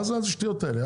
מה זה השטויות האלה.